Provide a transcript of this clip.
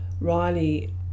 Riley